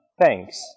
thanks